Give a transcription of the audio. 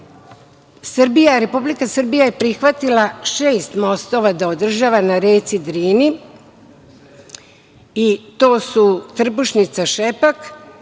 Republika Srbija je prihvatila šest mostova da održava na reci Drini, to su: Trbušnica-Šepak,